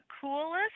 coolest